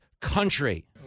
country